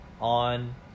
on